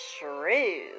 true